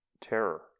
terror